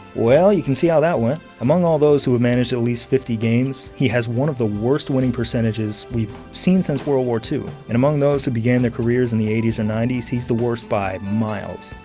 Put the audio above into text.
well, you can see how that went. among all those who have managed at least fifty games, he has one of the worst winning percentages we've seen since world war ii. and among those who began their careers in the eighty s and ninety s, he's the worst by miles.